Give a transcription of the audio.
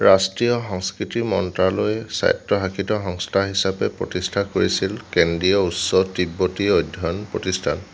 ৰাষ্ট্ৰীয় সংস্কৃতি মন্ত্ৰালয়ে স্বায়ত্তশাসিত সংস্থা হিচাপে প্ৰতিষ্ঠা কৰিছিল কেন্দ্ৰীয় উচ্চ তিব্বতী অধ্যয়ন প্ৰতিষ্ঠান